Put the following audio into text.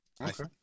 Okay